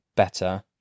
better